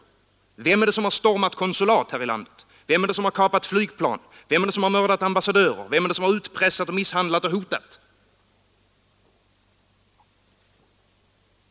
Vem är det som har stormat konsulat här i landet, vem är det som har kapat flygplan, vem är det som har mördat ambassadörer, vem är det som har utpressat, misshandlat och hotat?